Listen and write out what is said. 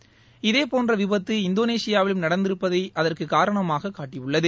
முடிவு இதே போன்ற விபத்து இந்தோனேஷியாவிலும் நடந்திருப்பதை அதற்கு காரணமாக காட்டியுள்ளது